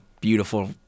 beautiful